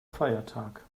feiertag